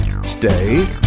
Stay